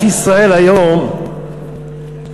מדינת ישראל היום מצדיעה